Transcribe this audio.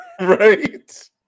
right